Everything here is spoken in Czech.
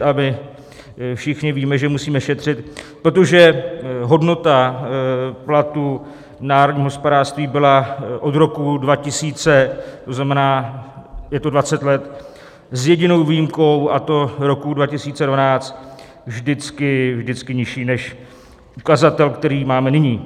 A my všichni víme, že musíme šetřit, protože hodnota platu v národním hospodářství byla od roku 2000, to znamená, je to dvacet let, s jedinou výjimkou, a to v roce 2012, vždycky, vždycky nižší než ukazatel, který máme nyní.